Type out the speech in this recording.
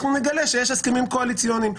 אנחנו נגלה שיש הסכמים קואליציוניים.